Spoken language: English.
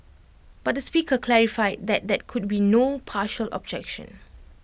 but the speaker clarified that there could be no partial objection